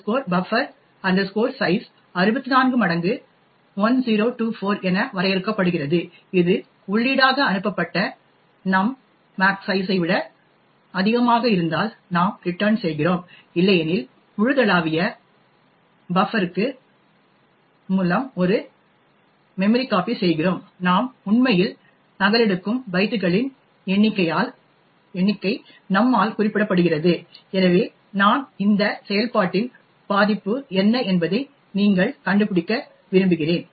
Max buf size 64 மடங்கு 1024 என வரையறுக்கப்படுகிறது இது உள்ளீடாக அனுப்பப்பட்ட நம் மேக்ஸ் சைஸ் ஐ விட அதிகமாக இருந்தால் நாம் ரிட்டர்ன் செய்கிறோம் இல்லையெனில் முழுதளாவிய பஃப்பர்க்கு மூலம் ஒரு memcpy செய்கிறோம் நாம் உண்மையில் நகலெடுக்கும் பைட்டுகளின் எண்ணிக்கை நம் ஆல் குறிப்பிடப்படுகிறது எனவே நான் இந்த செயல்பாட்டின் பாதிப்பு என்ன என்பதை நீங்கள் கண்டுபிடிக்க விரும்புகிறேன்